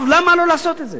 למה לא לעשות את זה?